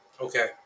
Okay